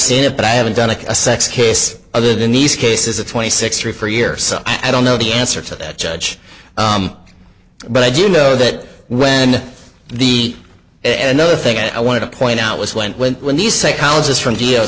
seen it but i haven't done a sex case other than these cases of twenty six three for years so i don't know the answer to that judge but i do know that when the and another thing i wanted to point out was when when when the psychologist from d o